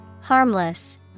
Harmless